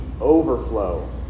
overflow